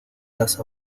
las